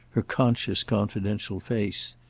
her conscious confidential face,